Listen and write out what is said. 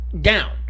down